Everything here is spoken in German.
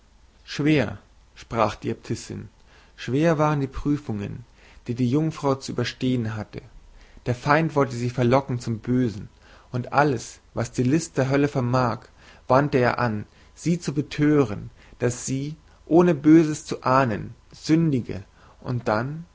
schwer sprach die äbtissin schwer waren die prüfungen die die jungfrau zu überstehen hatte der feind wollte sie verlocken zum bösen und alles was die list der hölle vermag wandte er an sie zu betören daß sie ohne böses zu ahnen sündige und dann